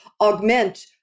augment